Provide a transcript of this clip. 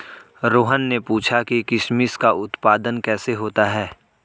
रोहन ने पूछा कि किशमिश का उत्पादन कैसे होता है?